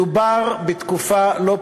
מדובר בתקופה לא פרופורציונית,